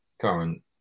current